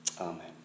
Amen